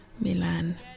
Milan